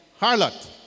harlot